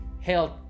health